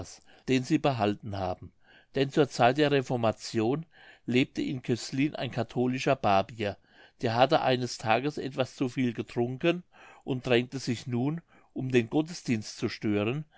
den sie behalten haben denn zur zeit der reformation lebte in cöslin ein katholischer barbier der hatte eines tages etwas zu viel getrunken und drängte sich nun um den gottesdienst zu stören